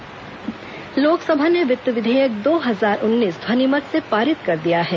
वित्त विधेयक पारित लोकसभा ने वित्त विधेयक दो हजार उन्नीस ध्वनिमत से पारित कर दिया है